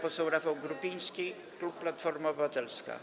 Poseł Rafał Grupiński, klub Platforma Obywatelska.